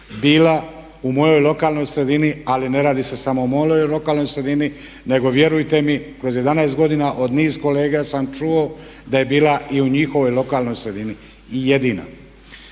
bila u mojoj lokalnoj sredini ali ne radi se samo o mojoj lokalnoj sredini nego vjerujte mi kroz 11 godina od niz kolega sam čuo da je bila i u njihovoj lokalnoj sredini i jedina,